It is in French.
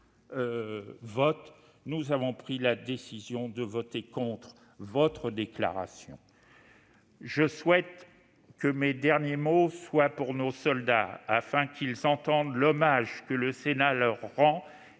nous étions prêts à agir autrement -, de voter contre votre déclaration. Je souhaite que mes derniers mots soient pour nos soldats. Puissent-ils entendre l'hommage que le Sénat leur rend,